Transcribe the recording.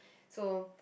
so